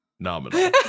Nominal